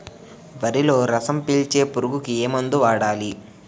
వరిలో రసం పీల్చే పురుగుకి ఏ మందు వాడాలి?